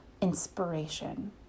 inspiration